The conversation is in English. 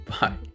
Bye